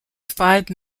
five